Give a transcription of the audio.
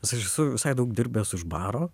nes aš esu visai daug dirbęs už baro